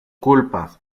culpa